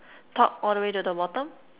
top all the way to the bottom